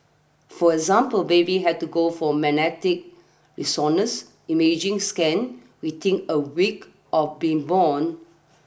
for example babies had to go for magnetic resonance imaging scan within a week of being born